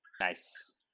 Nice